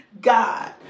god